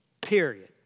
Period